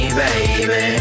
baby